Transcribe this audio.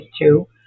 two